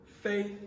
faith